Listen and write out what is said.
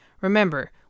Remember